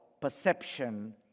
perception